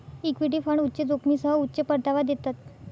equity fund उच्च जोखमीसह उच्च परतावा देतात